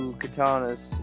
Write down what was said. katanas